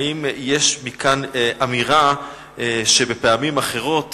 האם יש מכאן אמירה שבפעמים אחרות